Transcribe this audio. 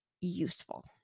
useful